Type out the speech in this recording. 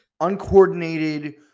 uncoordinated